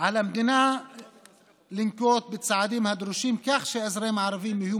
על המדינה לנקוט בצעדים הדרושים כך שהאזרחים הערבים יהיו